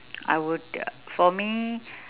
I would uh for me